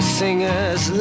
singers